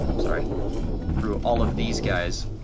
sorry through all of these guys.